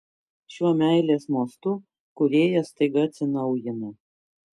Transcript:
šiuo meilės mostu kūrėjas staiga atsinaujina